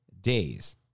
days